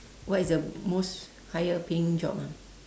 what is the most higher paying job ah